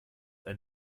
ein